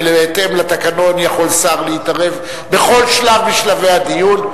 ובהתאם לתקנון יכול שר להתערב בכל שלב משלבי הדיון,